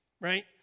right